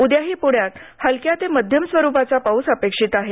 उद्याही पुण्यात हलक्या ते मध्यम स्वरूपाचा पाउस अपेक्षित आहे